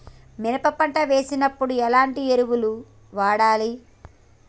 మినప పంట వేసినప్పుడు ఎలాంటి ఎరువులు వాడాలి?